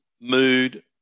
mood